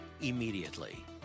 immediately